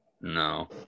No